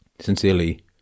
Sincerely